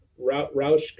Roush